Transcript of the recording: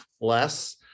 less